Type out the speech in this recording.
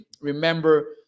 Remember